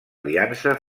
aliança